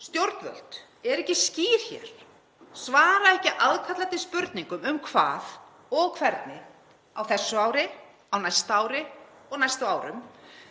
stjórnvöld, er ekki skýr hér, svarar ekki aðkallandi spurningum um hvað og hvernig, á þessu ári, á næsta ári og næstu árum,